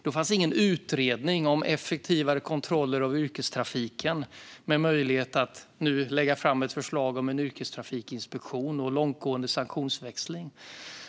Då fanns inte den utredning om effektivare kontroller av yrkestrafiken som nu har möjlighet att lägga fram ett förslag om en yrkestrafikinspektion och långtgående sanktionsväxling.